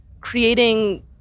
creating